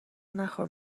نخور